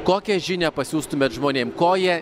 kokią žinią pasiųstumėt žmonėms ko jie